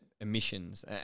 emissions